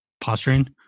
Posturing